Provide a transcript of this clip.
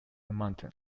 mountain